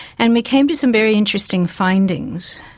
and we came to some very interesting findings.